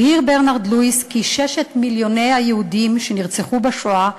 הבהיר ברנרד לואיס כי ששת מיליוני היהודים שנרצחו בשואה,